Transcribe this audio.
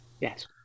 Yes